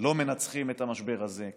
לא מנצחים את המשבר הזה,